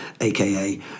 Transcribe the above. aka